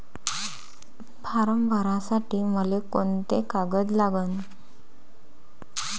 Form भरासाठी मले कोंते कागद लागन?